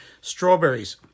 strawberries